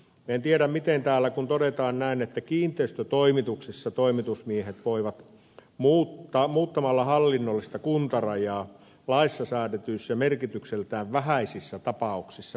en tiedä miten on asianlaita tässä kun täällä todetaan näin että kiinteistötoimituksissa toimitusmiehet voivat tehdä päätöksiä muuttamalla hallinnollista kuntarajaa laissa säädetyissä merkitykseltään vähäisissä tapauksissa